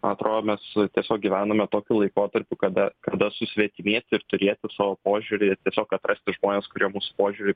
atrodo mes tiesiog gyvename tokiu laikotarpiu kada kada susvetimėti ir turėti savo požiūrį tiesiog atrasti žmones kurie mūsų požiūriui